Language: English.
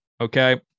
Okay